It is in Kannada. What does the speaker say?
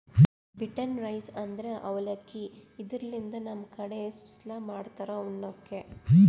ಬಿಟನ್ ರೈಸ್ ಅಂದ್ರ ಅವಲಕ್ಕಿ, ಇದರ್ಲಿನ್ದ್ ನಮ್ ಕಡಿ ಸುಸ್ಲಾ ಮಾಡ್ತಾರ್ ಉಣ್ಣಕ್ಕ್